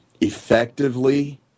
effectively